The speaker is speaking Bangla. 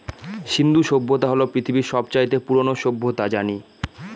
সিন্ধু সভ্যতা হল পৃথিবীর সব চাইতে পুরোনো সভ্যতা জানি